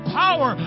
power